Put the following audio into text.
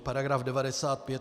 Paragraf 95